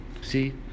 see